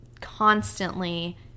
constantly